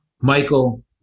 Michael